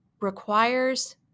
requires